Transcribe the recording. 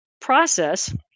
process